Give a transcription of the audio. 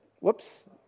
whoops